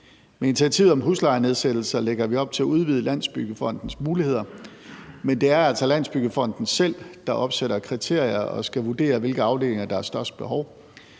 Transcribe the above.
Med initiativet om huslejenedsættelser lægger vi op til at udvide Landsbyggefondens muligheder, men det er altså Landsbyggefonden selv, der opsætter kriterier og skal vurdere, hvilke afdelinger der har størst behov.